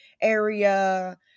area